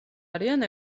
არიან